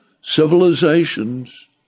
civilizations